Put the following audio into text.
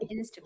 Instagram